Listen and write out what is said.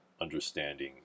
Understanding